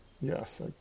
yes